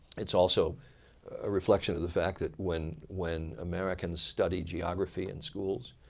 it's also a reflection of the fact that when when americans study geography in schools,